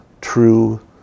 true